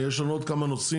יש לנו עוד כמה נושאים,